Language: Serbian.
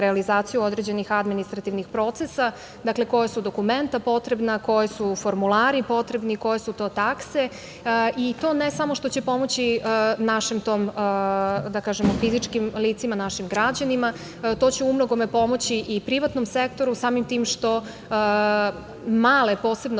realizaciju određenih administrativnih procesa, dakle, koja su dokumenta potrebne, koji su formulari potrebni i koje su to takse. To ne samo što će pomoći, da kažem, fizičkim licima, našim građanima, to će u mnogome pomoći i privatnom sektoru, samim tim što posebno